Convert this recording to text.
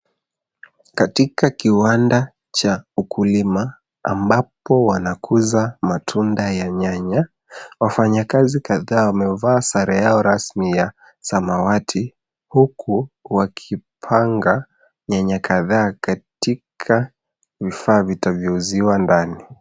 Katika kiwanda cha ukulima ambapo wanakuza matunda ya nyanya. Wafanyakazi kadhaa wamevaa sare yao rasmi ya samawati huku wakipanga nyanya kadhaa katika vifaa vitavyouziwa ndani.